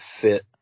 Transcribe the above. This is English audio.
fit